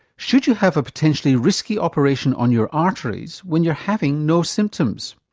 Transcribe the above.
should you have a potentially risky operation on your arteries when you're having no symptoms?